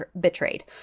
betrayed